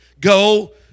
go